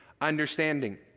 understanding